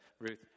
Ruth